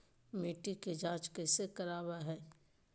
मिट्टी के जांच कैसे करावय है?